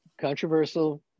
controversial